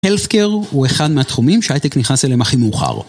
הלסקר הוא אחד מהתחומים שההייטק נכנס אליהם הכי מאוחר.